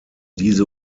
diese